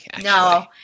no